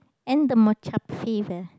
and the matcha